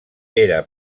era